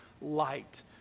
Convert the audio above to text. light